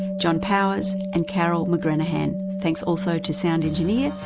john powers and carole mcgranahan. thanks also to sound engineer,